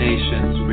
Nations